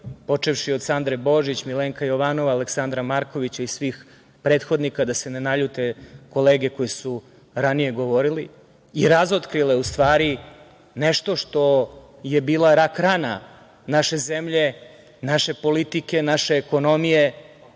počevši od Sandre Božić, Milenka Jovanova, Aleksandra Markovića i svih prethodnika, da se ne naljute kolege koje su ranije govorile i razotkrile u stvari nešto što je bila rak rana naše zemlje, naše politike, ekonomije.